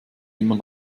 immer